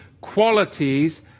qualities